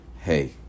hey